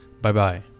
Bye-bye